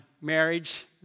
marriage